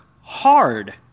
hard